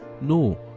No